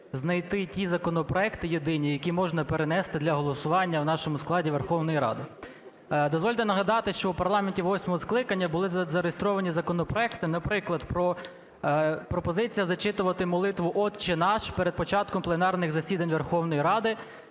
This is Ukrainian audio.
знайти ті законопроекти єдині, які можна перенести для голосування в нашому складі Верховної Ради. Дозвольте нагадати, що у парламенті восьмого скликання були зареєстровані законопроекти, наприклад, про... пропозиція зачитувати молитву "Отче наш" перед початком пленарних засідань Верховної Ради,